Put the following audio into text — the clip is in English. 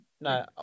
No